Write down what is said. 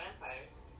vampires